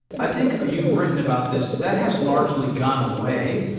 i think you've written about this. that has largely gone away,